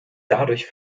dadurch